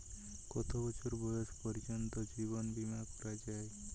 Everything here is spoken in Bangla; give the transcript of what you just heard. কত বছর বয়স পর্জন্ত জীবন বিমা করা য়ায়?